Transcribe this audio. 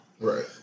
Right